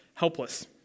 helpless